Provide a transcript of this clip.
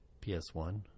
PS1